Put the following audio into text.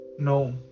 no